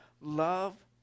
Love